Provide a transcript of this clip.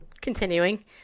continuing